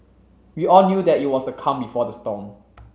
we all knew that it was the calm before the storm